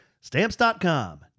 Stamps.com